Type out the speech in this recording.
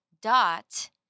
dot